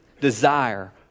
desire